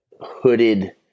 hooded